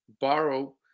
borrow